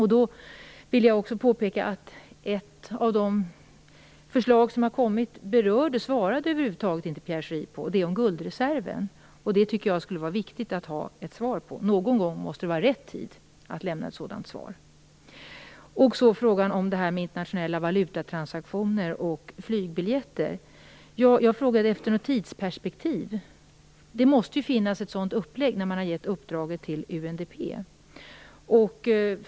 Jag vill också påpeka att ett av de förslag som har lagts fram berörde Pierre Schori över huvud taget inte, det gällde guldreserven. Det tycker jag att det skulle vara viktigt att få ett svar på. Någon gång måste det vara rätt tid att lämna ett sådant svar. Till frågan om internationella valutatransaktioner och flygbiljetter. Jag frågade efter ett tidsperspektiv. Det måste finnas ett sådant upplägg när man har gett uppdraget till UNDP.